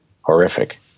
horrific